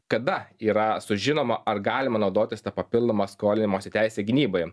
kada yra sužinoma ar galima naudotis ta papildoma skolimosi teise gynyboje